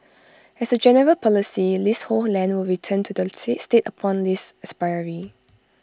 as A general policy leasehold land will return to the state upon lease expiry